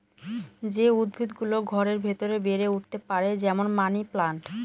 যে উদ্ভিদ গুলো ঘরের ভেতরে বেড়ে উঠতে পারে, যেমন মানি প্লান্ট